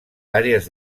àrees